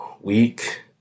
week